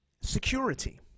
security